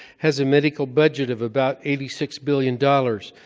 has a medical budget of about eighty six billion dollars,